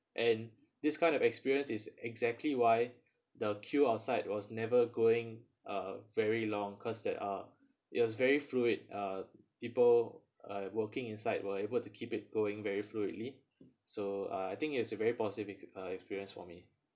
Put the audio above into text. and this kind of experience is exactly why the queue outside was never going uh very long cause that uh it was very fluid uh people uh working inside were able to keep it going very fluidly so uh I think it's a very positive uh experience for me